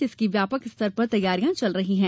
जिसकी व्यापक स्तर पर तैयारिया चल रही है